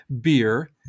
beer